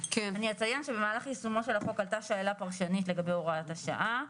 אני אציין שבמהלך יישומו של החוק עלתה שאלה פרשנית לגבי הוראת השעה.